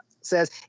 says